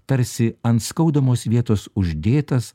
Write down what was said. tarsi ant skaudamos vietos uždėtas